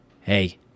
Hey